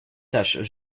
taches